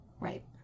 Right